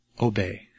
obey